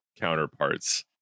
counterparts